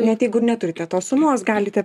net jeigu ir neturite tos sumos galite